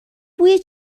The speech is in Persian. بوی